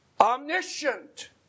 omniscient